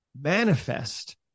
manifest